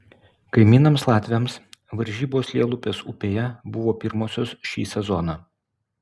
kaimynams latviams varžybos lielupės upėje buvo pirmosios šį sezoną